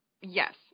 Yes